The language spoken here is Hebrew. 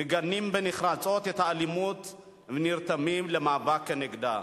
מגנים בנחרצות את האלימות ונרתמים למאבק כנגדה.